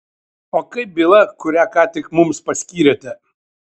o kaip byla kurią ką tik mums paskyrėte